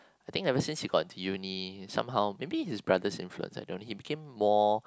I think ever since we got into uni then somehow maybe his brother's influence I don't know he became more